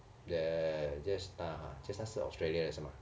the jetstar jetstar 是 australia 的是吗